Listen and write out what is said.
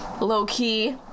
low-key